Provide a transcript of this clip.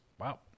Wow